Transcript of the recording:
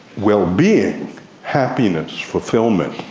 well-being, happiness, fulfilment,